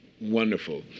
wonderful